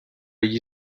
gli